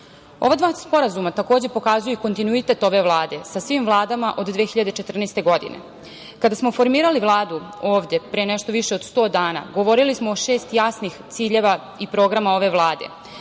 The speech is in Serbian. dva sporazuma takođe pokazuju kontinuitet ove Vlade sa svim vladama od 2014. godine. Kada smo formirali Vladu ovde pre nešto više od sto dana, govorili smo o šest jasnih ciljeva i programa ove Vlade.